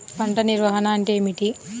పంట నిర్వాహణ అంటే ఏమిటి?